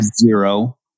Zero